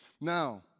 Now